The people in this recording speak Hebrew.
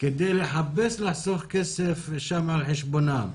כדי לחפש לחסוך כסף על חשבונם.